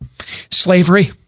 slavery